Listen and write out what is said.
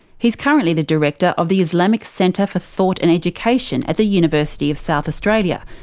he's currently the director of the islamic centre for thought and education at the university of south australia.